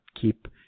keep